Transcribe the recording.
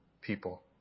people